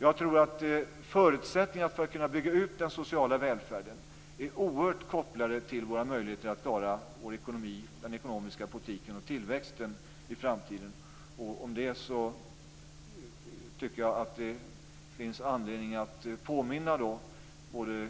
Jag tror att förutsättningarna för att kunna bygga ut den sociala välfärden är starkt kopplade till våra möjligheter att klara vår ekonomi och den ekonomiska politiken och tillväxten i framtiden. Jag tycker att det finns anledning att påminna både